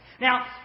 Now